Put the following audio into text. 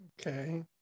Okay